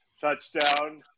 touchdown